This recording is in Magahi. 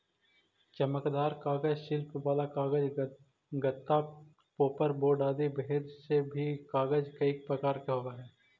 चमकदार कागज, शिल्प वाला कागज, गत्ता, पोपर बोर्ड आदि भेद से भी कागज कईक प्रकार के होवऽ हई